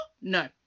no